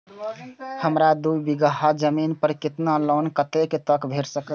हमरा दूय बीगहा जमीन पर किसान लोन कतेक तक भेट सकतै?